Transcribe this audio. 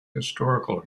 historical